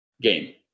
game